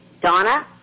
Donna